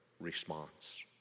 response